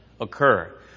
occur